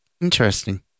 Interesting